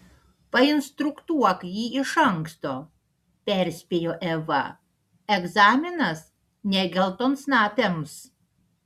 painstruktuok jį iš anksto perspėjo eva egzaminas ne geltonsnapiams